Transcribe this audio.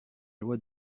loi